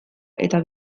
eta